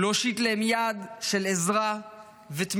ולהושיט להם יד לעזרה ותמיכה,